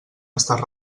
estar